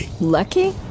Lucky